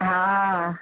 हा